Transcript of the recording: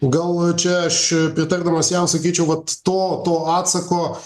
gal čia aš pritardamas jam sakyčiau vat to to atsako